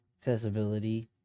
Accessibility